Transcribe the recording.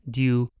due